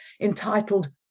entitled